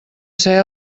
ser